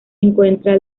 encuentran